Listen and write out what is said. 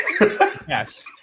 Yes